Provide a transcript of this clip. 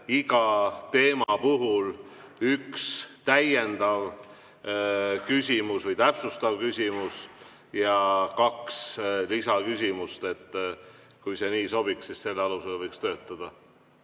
iga teema puhul ühe täiendava või täpsustava küsimuse ja kaks lisaküsimust. Kui see sobiks, siis selle alusel võiks töötada.